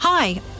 Hi